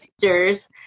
pictures